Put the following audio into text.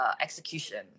execution